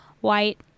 white